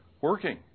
working